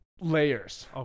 layers